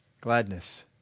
gladness